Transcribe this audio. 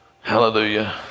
Hallelujah